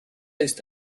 ist